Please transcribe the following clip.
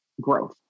growth